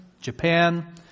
Japan